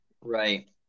right